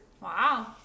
Wow